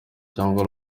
cyangwa